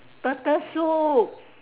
turtle soup